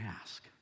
ask